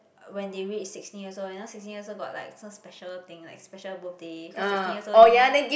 when they reach sixteen years old you know sixteen years old got like some special thing like special birthday cause sixteen years old already mah